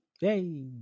Yay